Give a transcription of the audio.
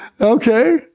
Okay